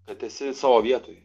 kad esi savo vietoj